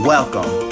Welcome